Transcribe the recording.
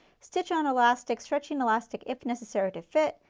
stitch on elastic, stretching elastic if necessary to fit,